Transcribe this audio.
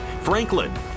Franklin